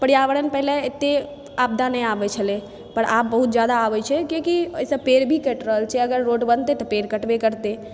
पर्यावरण पहिले एते आपदा नहि आबै छलै पर आब बहुत जादा आबै छै कियाकि ओहिसॅं पेड़ भी कटि रहल छै रोड बनतै तऽ पेड़ कटबे करतै